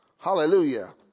Hallelujah